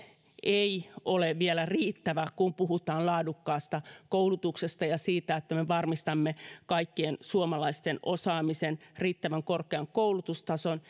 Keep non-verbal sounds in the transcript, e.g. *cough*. ei ole vielä riittävä kun puhutaan laadukkaasta koulutuksesta ja siitä että me varmistamme kaikkien suomalaisten osaamisen riittävän korkean koulutustason *unintelligible*